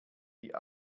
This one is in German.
die